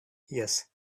yes